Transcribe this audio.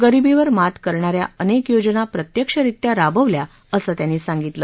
गरिबीवर मात करणाऱ्या अनेक योजना प्रत्यक्षरीत्या राबविल्या असं त्यांनी सांगितलं